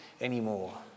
anymore